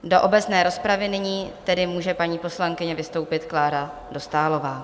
Do obecné rozpravy nyní tedy může paní poslankyně vystoupit, Klára Dostálová.